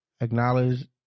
Acknowledge